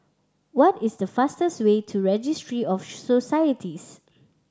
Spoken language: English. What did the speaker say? what is the fastest way to Registry of Societies